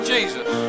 Jesus